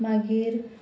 मागीर